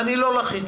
ואני לא לחיץ.